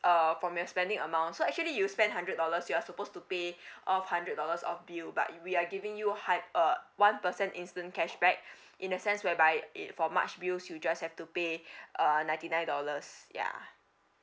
uh from your spending amount so actually you spend hundred dollars you are supposed to pay off hundred dollars of bill but we are giving you hype uh one percent instant cashback in a sense whereby it for march bills you just have to pay uh ninety nine dollars yeah